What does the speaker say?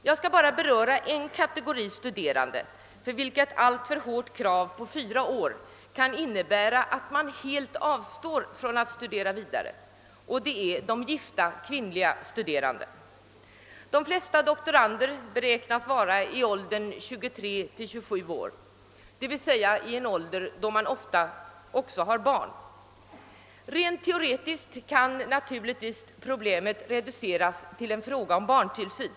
Jag skall bara beröra en kategori studerande, för vilka ett alltför hårt krav på fyra år kan innebära att man helt avstår från att studera vidare, och det är de gifta kvinnliga studerandena. De flesta doktorander beräknas vara i åldern 23—27 år, d.v.s. i en ålder då man ofta också har barn. Rent teoretiskt kan naturligtvis problemet reduceras till en fråga om barntillsyn.